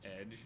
edge